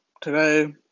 Today